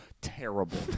terrible